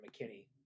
McKinney